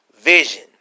Vision